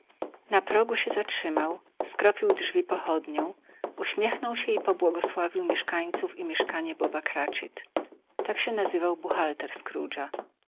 na progu się zatrzymał skropił drzwi pochodnią uśmiechnął się i pobłogosławił mieszkańców i mieszkanie boba cratchit tak się nazywał buchalter